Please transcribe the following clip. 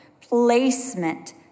placement